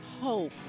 hope